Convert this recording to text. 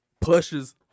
pushes